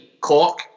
Cork